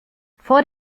vor